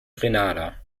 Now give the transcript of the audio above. grenada